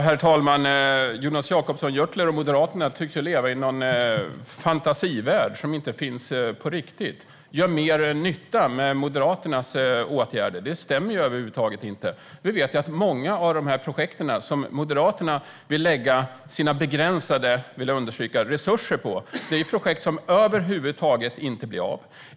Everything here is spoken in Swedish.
Herr talman! Jonas Jacobsson Gjörtler och Moderaterna tycks leva i en fantasivärld som inte finns på riktigt. Att Moderaternas åtgärder skulle göra mer nytta stämmer över huvud taget inte. Vi vet ju att många av de projekt som Moderaterna vill lägga sina begränsade - vill jag understryka - resurser på över huvud taget inte blir av.